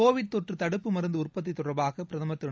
Covid தொற்று தடுப்பு மருந்து உற்பத்தி தொடர்பாக பிரதமர் திரு